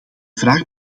vraag